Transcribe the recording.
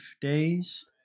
days